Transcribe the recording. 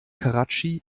karatschi